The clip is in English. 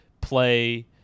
Play